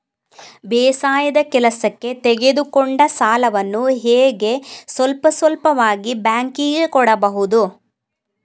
ಬೇಸಾಯದ ಕೆಲಸಕ್ಕೆ ತೆಗೆದುಕೊಂಡ ಸಾಲವನ್ನು ಹೇಗೆ ಸ್ವಲ್ಪ ಸ್ವಲ್ಪವಾಗಿ ಬ್ಯಾಂಕ್ ಗೆ ಕೊಡಬಹುದು?